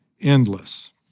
endless